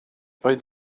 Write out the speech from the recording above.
oedd